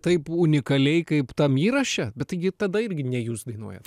taip unikaliai kaip tam įraše bet taigi tada irgi ne jūs dainuojat